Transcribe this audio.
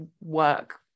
work